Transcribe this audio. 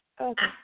Okay